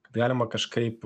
kad galima kažkaip